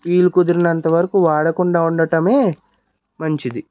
వీలు కుదురినంతవరకూ వాడకుండా ఉండటమే మంచిది